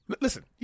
Listen